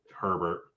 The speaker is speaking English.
Herbert